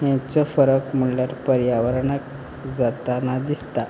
हांचो फरक म्हणल्यार पर्यावरणाक जाताना दिसता